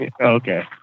Okay